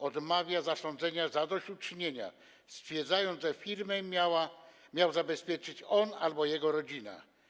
Odmawia zasądzenia zadośćuczynienia, stwierdzając, że firmę miał zabezpieczyć on albo jego rodzina.